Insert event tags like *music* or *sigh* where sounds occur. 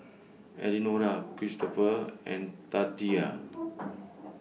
Elenora Kristopher and Tatia *noise*